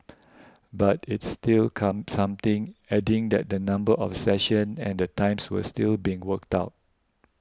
but it's still come something adding that the number of sessions and the times were still being worked out